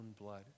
blood